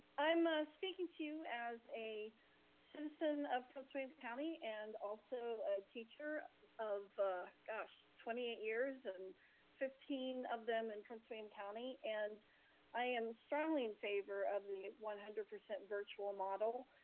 i'm ah speaking to you as a citizen of prince william county and also a teacher of a gosh, twenty eight years and fifteen of them in prince william county. and i am strongly in favor of the one hundred percent virtual model.